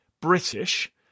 British